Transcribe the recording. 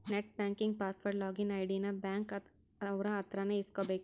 net banking password login ID ನ bank ಅವ್ರ ಅತ್ರ ನೇ ಇಸ್ಕಬೇಕು